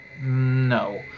No